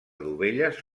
dovelles